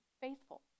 faithful